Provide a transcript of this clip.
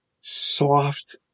soft